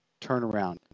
turnaround